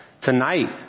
tonight